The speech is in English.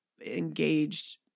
engaged